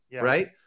Right